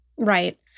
Right